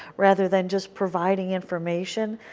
rather than just providing information.